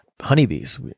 Honeybees